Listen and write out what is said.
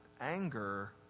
anger